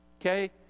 okay